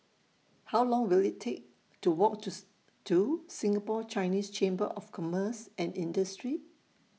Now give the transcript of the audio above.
How Long Will IT Take to Walk Tooth to Singapore Chinese Chamber of Commerce and Industry